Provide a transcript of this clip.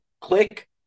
click